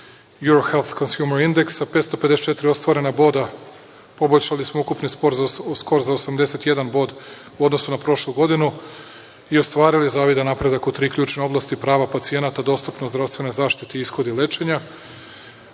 potrošačkom indeksu, sa 554 ostvarena boda poboljšali smo ukupni skor za 81 bod u odnosu na prošlu godinu i ostvarili zavidan napredak u tri ključne oblasti prava pacijenta, dostupnost zdravstvene zaštite i ishodi lečenja.